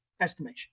estimation